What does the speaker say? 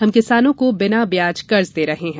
हम किसानों को बिना ब्याज कर्ज दे रहे हैं